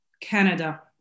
canada